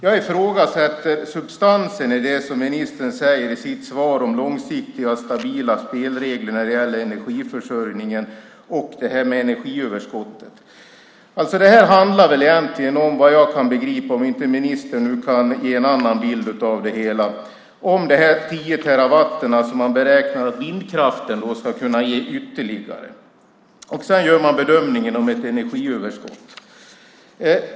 Jag ifrågasätter substansen i det som ministern säger i sitt svar om långsiktiga och stabila spelregler när det gäller energiförsörjningen och om det här med energiöverskottet. Om inte ministern kan ge en annan bild av det hela handlar det här, vad jag kan begripa, väl egentligen om de tio terawattimmar som man beräknar att vindkraften ska kunna ge ytterligare. Sedan gör man bedömningen om ett energiöverskott.